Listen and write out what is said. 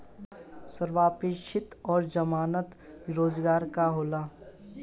संपार्श्विक और जमानत रोजगार का होला?